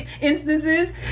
instances